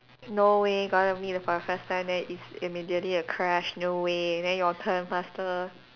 no way gonna meet for the first time then it's immediately a crush no way then your turn faster